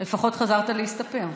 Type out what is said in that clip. לפחות חזרת להסתפר.